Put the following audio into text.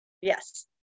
Yes